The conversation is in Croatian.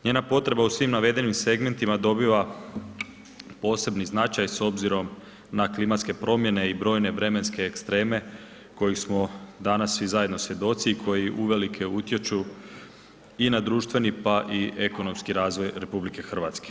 Njena potreba u svim navedenim segmentima dobiva poseban značaj s obzirom na klimatske promjene i brojne vremenske ekstreme kojim smo danas svi zajedno svjedoci i koji uvelike utječu i na društveni, pa i ekonomski razvoj RH.